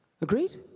Agreed